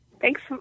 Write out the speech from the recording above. Thanks